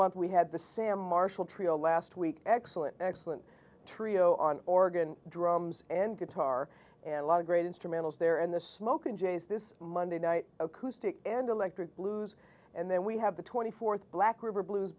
month we had the sam marshall trio last week excellent excellent trio on organ drums and guitar and a lot of great instrumentals there and the smoke and jays this monday night acoustic and electric blues and then we have the twenty fourth black river blues